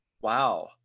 Wow